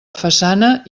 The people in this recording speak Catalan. façana